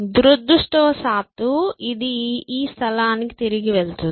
దురదృష్టవశాత్తు ఇది ఈ స్థలానికి తిరిగి వెళ్తుంది